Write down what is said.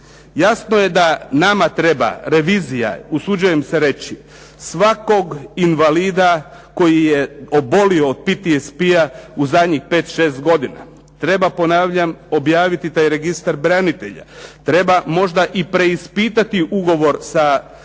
Jasno je da nama treba revizija usuđujem se reći svakog invalida koji je obolio od PTSP-a u zadnjih pet, šest godina. Treba ponavljam objaviti taj registar branitelja. Treba možda i preispitati ugovor sa Bosnom